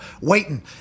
waiting